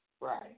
Right